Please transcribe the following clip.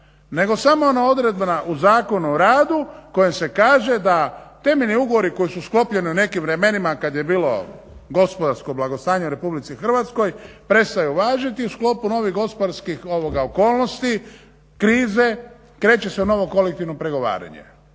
nego samo ona odredba u Zakonu o radu kojom se kaže da temeljni ugovori koji su sklopljeni u nekim vremenima kad je bilo gospodarsko blagostanje u Republici Hrvatskoj prestaju važiti i u sklopu novih gospodarskih okolnosti krize kreće se u novo kolektivno pregovaranje.